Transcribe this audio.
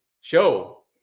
show